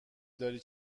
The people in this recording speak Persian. داری